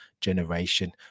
generation